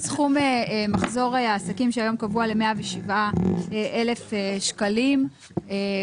סכום מחזור העסקים שהיום קבוע ל-107,000 שקלים